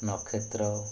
ନକ୍ଷତ୍ର